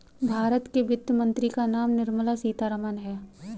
भारत के वित्त मंत्री का नाम निर्मला सीतारमन है